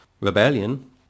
rebellion